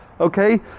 okay